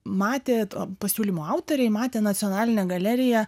matė to pasiūlymo autoriai matė nacionalinę galeriją